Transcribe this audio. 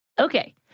Okay